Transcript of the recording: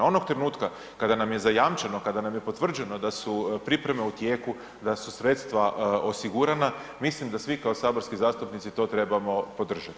Onog trenutka kada nam je zajamčeno, kada nam je potvrđeno da pripreme u tijeku, da su sredstva osigurana, mislim da svi kao saborski zastupnici to trebamo podržati.